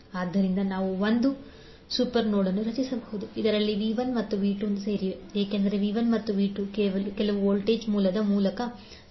ಆದ್ದರಿಂದ ನಾವು 1 super node ಅನ್ನು ರಚಿಸಬಹುದು ಇದರಲ್ಲಿ V1 ಮತ್ತು V 2ಸೇರಿವೆ ಏಕೆಂದರೆ V1ಮತ್ತು V2 ಕೆಲವು ವೋಲ್ಟೇಜ್ ಮೂಲದ ಮೂಲಕ ಸಂಪರ್ಕ ಹೊಂದಿವೆ